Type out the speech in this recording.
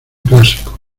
clásico